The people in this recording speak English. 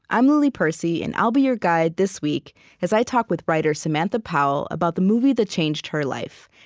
i'm lily percy, and i'll be your guide this week as i talk with writer samantha powell about the movie that changed her life,